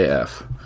AF